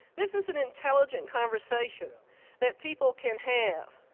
this is an intelligent conversation that people can have.